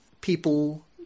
people